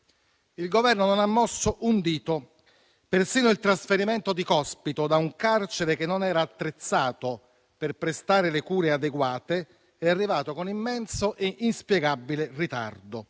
Il Governo non ha mosso un dito; persino il trasferimento di Cospito da un carcere che non era attrezzato per prestare le cure adeguate è arrivato con immenso e inspiegabile ritardo.